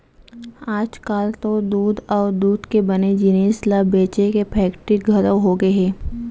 आजकाल तो दूद अउ दूद के बने जिनिस ल बेचे के फेक्टरी घलौ होगे हे